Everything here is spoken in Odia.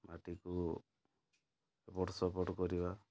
ମାଟିକୁ ଏପଟ ସେପଟ କରିବା